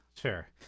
sure